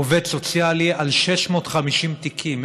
עובד סוציאלי על 650 תיקים,